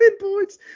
points